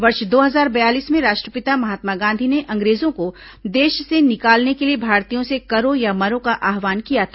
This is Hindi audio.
वर्ष दो हजार बयालीस में राष्ट्रपिता महात्मा गांधी ने अंग्रेजों को देश से निकालने के लिए भारतीयों से करो या मरो का आह्वान किया था